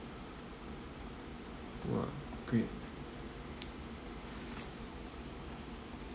!wah! great